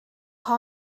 how